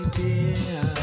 dear